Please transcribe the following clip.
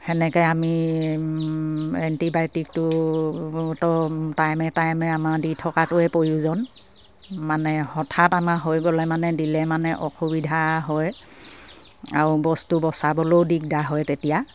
সেনেকে আমি এণ্টিবায়'টিকটো টাইমে টাইমে আমাৰ দি থকাটোৱে প্ৰয়োজন মানে হঠাৎ আমাৰ হৈ গ'লে মানে দিলে মানে অসুবিধা হয় আৰু বস্তু বচাবলেও দিগদাৰ হয় তেতিয়া